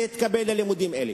להתקבל ללימודים אלה.